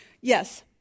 yes